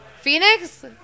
Phoenix